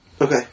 Okay